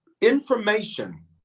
information